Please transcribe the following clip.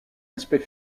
aspect